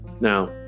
Now